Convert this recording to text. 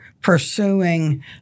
pursuing